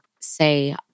say